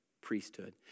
priesthood